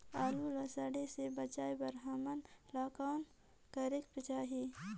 आलू ला सड़े से बचाये बर हमन ला कौन करेके चाही?